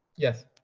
yes.